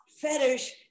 fetish